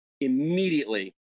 immediately